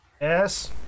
Yes